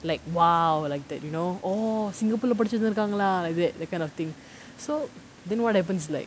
like !wow! like that you know orh singapore lah படிச்சுட்டு வந்துருக்காங்களா:padichittu vanthurukkaangalaa like that that kind of thing so then what happens like